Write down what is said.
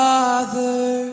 Father